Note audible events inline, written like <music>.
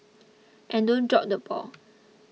and don't drop the ball <noise>